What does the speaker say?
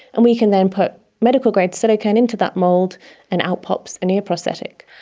and we can then put medical grade silicon into that mould and out pops an ear prosthetic.